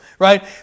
Right